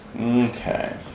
Okay